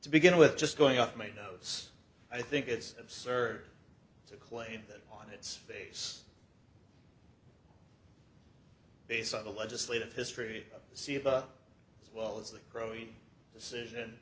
to begin with just going up my nose i think it's absurd to claim that on its face based on the legislative history seba as well as the probity decision